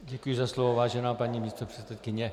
Děkuji za slovo, vážená paní místopředsedkyně.